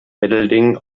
mittelding